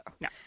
No